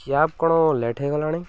cab କ'ଣ late ହେଇଗଲାଣି